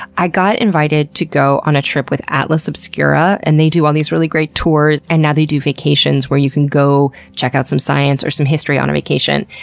i got invited to go on a trip with atlas obscura, and they do all these really great tours and now they do vacations where you can go check out some science or some history on a vacation.